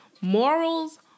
Morals